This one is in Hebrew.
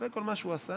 אחרי כל מה שהוא עשה,